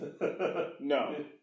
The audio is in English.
No